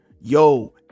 Yo